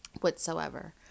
whatsoever